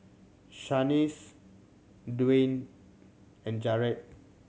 Shanice Dwyane and Jaret